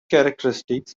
characteristics